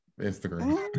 instagram